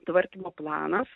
tvarkymo planas